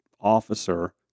officer